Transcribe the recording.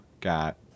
got